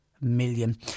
million